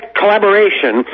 collaboration